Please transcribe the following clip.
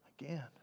again